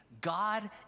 God